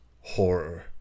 horror